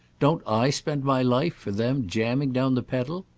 don't i spend my life, for them, jamming down the pedal?